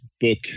book